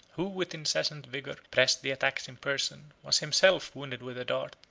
who, with incessant vigor, pressed the attacks in person, was himself wounded with a dart.